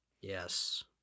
Yes